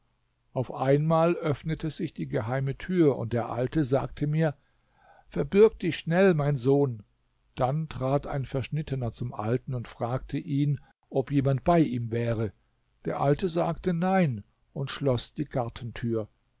auf einmal öffnete sich die geheime tür und der alte sagte mir verbirg dich schnell mein sohn dann trat ein verschnittener zum alten und fragte ihn ob jemand bei ihm wäre der alte sagte nein und schloß die gartentür